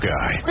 Guy